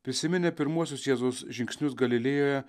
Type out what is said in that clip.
prisiminė pirmuosius jėzaus žingsnius galilėjoje